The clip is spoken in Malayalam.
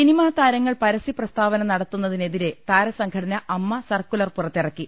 സിനിമാതാരങ്ങൾ പരസ്യപ്രസ്താവന നടത്തുന്നതിനെതിരെ താരസം ഘടന അമ്മ സർക്കുലർ പുറത്തിറക്കി